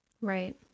Right